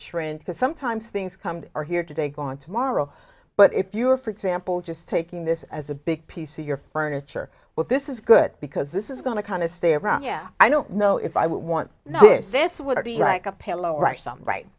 trend because sometimes things come to are here today gone tomorrow but if you are for example just taking this as a big piece of your furniture well this is good because this is going to kind of stay around here i don't know if i want now this would be like a pillow or are some right